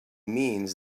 means